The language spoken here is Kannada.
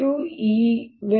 E PV